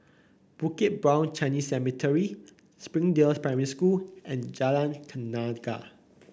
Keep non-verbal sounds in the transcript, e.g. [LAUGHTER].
[NOISE] Bukit Brown Chinese Cemetery Springdale Primary School and Jalan Tenaga